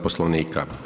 Poslovnika.